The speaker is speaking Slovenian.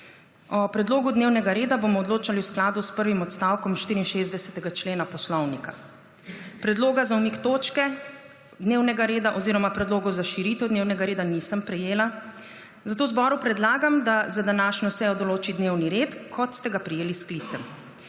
O predlogu dnevnega reda bomo odločali v skladu s prvim odstavkom 64. člena Poslovnika. Predlogov za umik točke dnevnega reda oziroma predlogov za širitev dnevnega reda nisem prejela, zato zboru predlagam, da za današnjo sejo določi dnevni red, kot ste ga prejeli s sklicem.